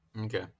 okay